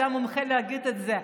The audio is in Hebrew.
אתה מומחה להגיד את זה,